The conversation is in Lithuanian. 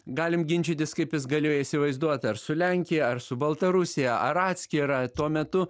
galim ginčytis kaip jis galėjo įsivaizduot ar su lenkija ar su baltarusija ar atskirą tuo metu